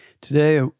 Today